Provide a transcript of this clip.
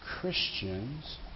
Christians